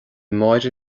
máire